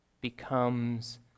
becomes